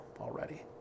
already